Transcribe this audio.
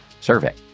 survey